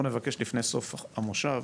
אנחנו נבקש לפני סוף המושב,